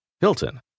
Hilton